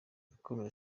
yakomeje